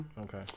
Okay